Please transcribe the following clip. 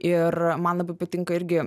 ir man labai patinka irgi